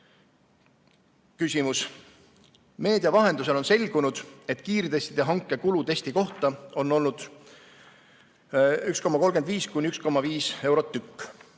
küsimus. Meedia vahendusel on selgunud, et kiirtestide hanke kulu testi kohta on olnud 1,35–1,5 eurot tükk.